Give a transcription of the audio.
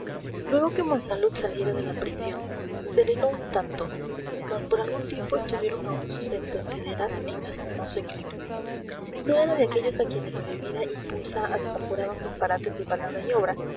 luego que monsalud saliera de la prisión se serenó un tanto mas por algún tiempo estuvieron aún sus entendederas en lastimoso eclipse no era de aquellos a quienes la bebida impulsa a desaforados disparates de palabra y obra